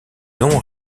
ont